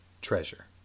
treasure